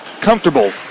comfortable